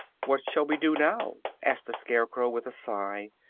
what shall we do now? asked the scarecrow, with a sigh,